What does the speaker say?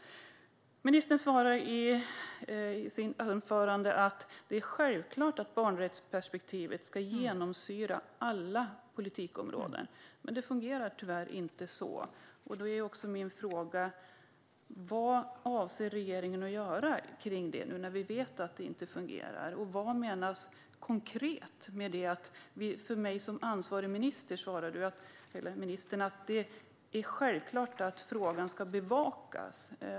Ministern säger i sitt svar att det är självklart att barnrättsperspektivet ska genomsyra alla politikområden. Men det fungerar tyvärr inte så. Därför är min fråga: Vad avser regeringen att göra kring det, nu när vi vet att det inte fungerar? Vad menar ministern konkret med svaret att "för mig som ansvarig minister är detta en självklar fråga att bevaka"?